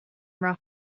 rough